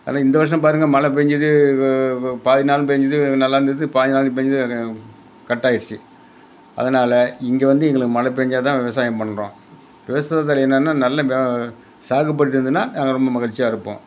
அதுவும் இந்த வருஷம் பாருங்க மழை பேஞ்சது பாதி நாள் பேஞ்சது நல்லா இருந்தது பாதி நாள் பேஞ்சது கட் ஆயிருச்சு அதனால் இங்கே வந்து எங்களுக்கு மழை பேஞ்சால் தான் விவசாயம் பண்ணுறோம் விவசாயத்தில் என்னன்னா நல்ல வே சாகுபடி இருந்ததுனா ரொம்ப மகிழ்ச்சியா இருப்போம்